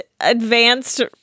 advanced